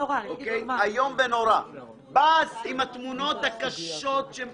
זה בא עם תמונות קשות.